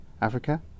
Africa